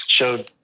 showed